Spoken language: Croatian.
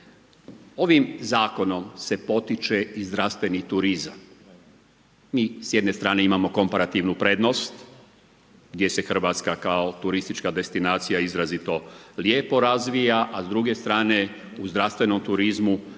Ovim zakonom se potiče i zdravstveni turizam. Mi s jedne strane imamo komparativnu prednost gdje se Hrvatska kao turistička destinacija izrazito lijepo razvija a s druge strane u zdravstvenom turizmu nismo